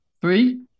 three